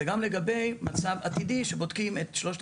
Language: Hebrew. זה גם לגבי מצב עתידי שבודקים את שלושת